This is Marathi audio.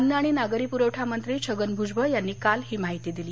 अन्न आणि नागरीपुरवठा मंत्री छगन भुजबळ यांनी काल ही माहिती दिली